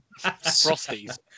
Frosties